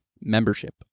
membership